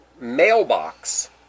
mailbox